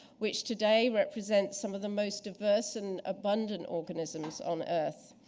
which today represent some of the most diverse and abundant organisms on earth.